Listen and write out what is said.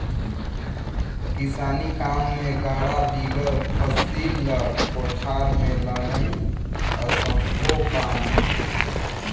किसानी काम मे गाड़ा बिगर फसिल ल कोठार मे लनई असम्भो काम होथे